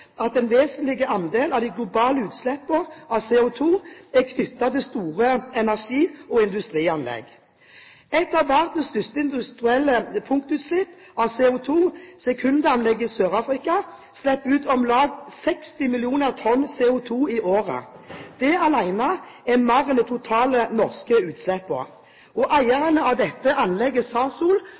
at den vesentlige andel av de globale utslippene av CO2 er knyttet til store energi- og industrianlegg. Et av verdens største industrielle punktutslipp av CO2, Secunda-anlegget i Sør-Afrika, slipper ut om lag 60 mill. tonn CO2 i året. Det alene er mer enn de totale norske utslippene. Eierne av dette anlegget, Sasol,